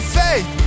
faith